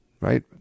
right